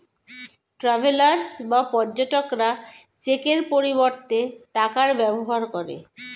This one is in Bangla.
ট্রাভেলার্স বা পর্যটকরা চেকের পরিবর্তে টাকার ব্যবহার করে